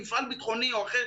מפעל ביטחוני אחר,